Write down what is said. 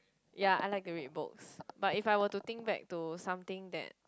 ya I like to read books but if I were to think back to something that